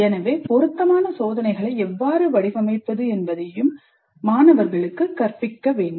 எனவே பொருத்தமான சோதனைகளை எவ்வாறு வடிவமைப்பது என்பதையும் மாணவர்களுக்கு கற்பிக்க வேண்டும்